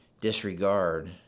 disregard